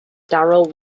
darrell